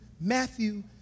Matthew